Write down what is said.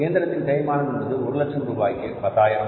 இயந்திரத்தின் தேய்மானம் என்பது ஒரு லட்சம் ரூபாய்க்கு பத்தாயிரம்